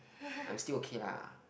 I'm still okay lah